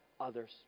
others